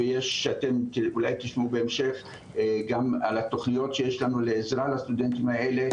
ואולי תשמעו בהמשך על התוכניות שיש לנו לעזרה לסטודנטים האלה,